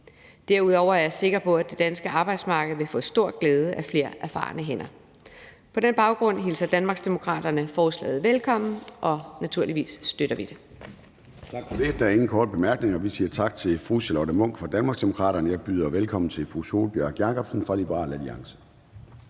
Derudover er jeg sikker på, at det danske arbejdsmarked vil få stor glæde af flere erfarne hænder. På den baggrund hilser Danmarksdemokraterne forslaget velkommen, og vi støtter det